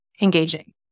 engaging